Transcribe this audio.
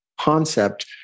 concept